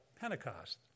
Pentecost